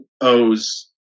O's